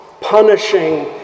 punishing